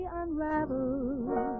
unraveled